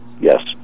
Yes